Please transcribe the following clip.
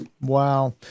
Wow